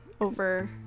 over